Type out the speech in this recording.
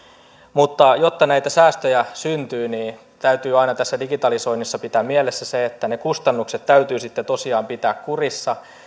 mutta jotta näitä säästöjä syntyy niin täytyy tässä digitalisoinnissa aina pitää mielessä se että ne kustannukset täytyy sitten tosiaan pitää kurissa